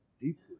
deeply